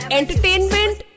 entertainment